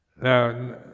Now